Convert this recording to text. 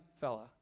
fella